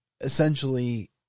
essentially